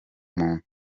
muntu